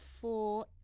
four